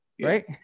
right